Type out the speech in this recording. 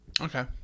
Okay